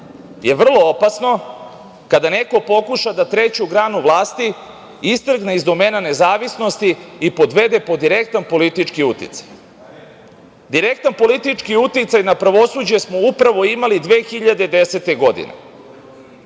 je vrlo opasno kada neko pokuša da treću granu vlasti istrgne iz domena nezavisnosti i podvede pod direktan politički uticaj. Direktan politički uticaj na pravosuđe smo upravo imali 2010. godine.